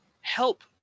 help